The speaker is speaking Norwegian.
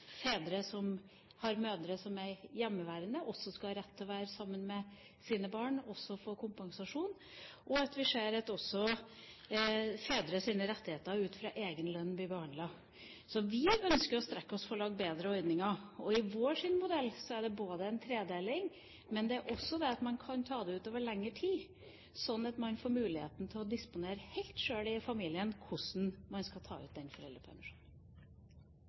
fedre som har partner som er hjemmeværende, også skal ha rett til å være sammen med sine barn og få kompensasjon, og at også fedres rettigheter ut fra egen lønn blir behandlet. Vi ønsker å strekke oss for å lage bedre ordninger. I vår modell er det en tredeling, men det er også sånn at man kan ta ut foreldrepermisjon over lengre tid, sånn at familien får mulighet til å disponere helt sjøl hvordan man skal ta ut foreldrepermisjonen. Replikkordskiftet er omme. En god oppvekstpolitikk er en politikk for en god framtid – for den